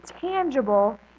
tangible